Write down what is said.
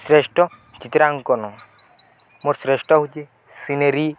ଶ୍ରେଷ୍ଠ ଚିତ୍ରାଙ୍କନ ମୋର ଶ୍ରେଷ୍ଠ ହେଉଛି ସିନେରୀ